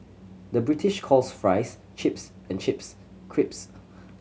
the British calls fries chips and chips crisps